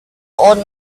old